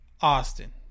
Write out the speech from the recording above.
austin